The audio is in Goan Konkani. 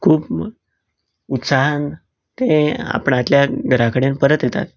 खूब उत्साहान ते आपणाच्या घरा कडेन परत येतात